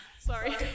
Sorry